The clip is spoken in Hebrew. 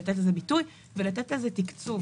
לתת לזה ביטוי ולתת לזה תקצוב.